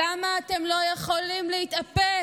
למה אתם לא יכולים להתאפק?